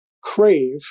crave